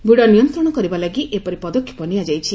ଭିଡ଼ ନିୟନ୍ତ୍ରଣ କରିବା ଲାଗି ଏପରି ପଦକ୍ଷେପ ନିଆଯାଇଛି